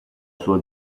sua